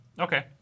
Okay